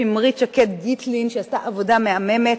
שמרית שקד-גיטלין שעשתה עבודה מהממת.